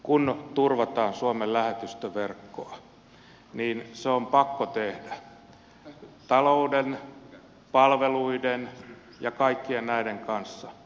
kun turvataan suomen lähetystöverkkoa niin se on pakko tehdä talouden palveluiden ja kaikkien näiden kanssa